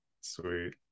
Sweet